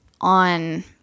on